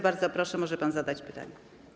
Bardzo proszę, może pan zadać pytanie.